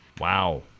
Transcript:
Wow